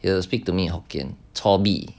will speak to me in hokkien chor mee